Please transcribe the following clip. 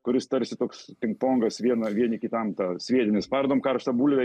kuris tarsi toks pingpongas vieną vieni kitam tą sviedinį spardom karštą bulvę